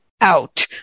out